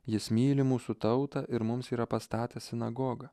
jis myli mūsų tautą ir mums yra pastatęs sinagogą